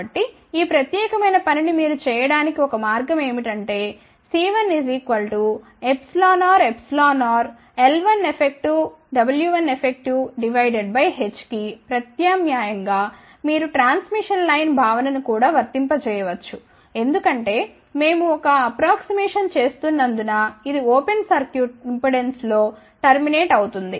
కాబట్టి ఈ ప్రత్యేకమైన పనిని మీరు చేయడానికి ఒక మార్గం ఏమిటంటే C10rl1effw1effhకి ప్రత్యామ్నాయం గా మీరు ట్రాన్స్మిషన్ లైన్ భావనను కూడా వర్తింపజేయవచ్చు ఎందుకంటే మేము ఒక అప్రాక్స్మేషన్ చేస్తున్నందున ఇది ఓపెన్ ఇంపెడెన్స్లో టర్మినేట్ అవుతుంది